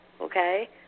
okay